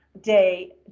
day